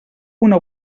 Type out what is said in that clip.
una